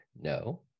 No